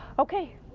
okay,